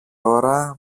ώρα